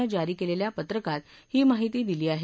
ने जारी केलेल्या पत्रकात ही माहिती दिली आहे